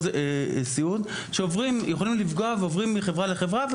סיעוד שיכולים לפגוע ועוברים מחברה לחברה,